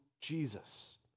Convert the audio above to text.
Jesus